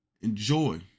Enjoy